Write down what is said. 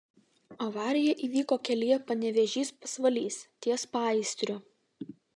avarija įvyko kelyje panevėžys pasvalys ties paįstriu